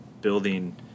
building